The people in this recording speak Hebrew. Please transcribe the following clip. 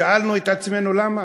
שאלנו את עצמנו: למה?